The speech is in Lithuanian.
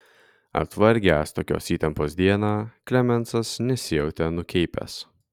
atvargęs tokios įtampos dieną klemensas nesijautė nukeipęs